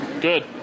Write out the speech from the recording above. Good